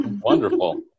Wonderful